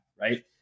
Right